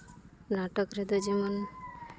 ᱱᱟᱴᱚᱠ ᱨᱮᱫᱚ ᱡᱮᱢᱚᱱ